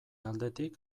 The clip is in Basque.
aldetik